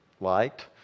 liked